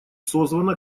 созвана